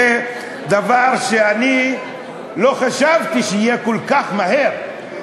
זה דבר שאני לא חשבתי שיהיה כל כך מהר,